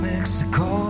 Mexico